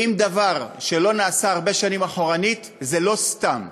אם דבר לא נעשה הרבה שנים אחורנית, זה לא סתם,